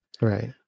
Right